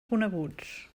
coneguts